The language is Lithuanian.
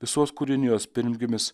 visos kūrinijos pirmgimis